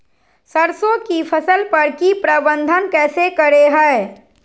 सरसों की फसल पर की प्रबंधन कैसे करें हैय?